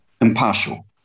impartial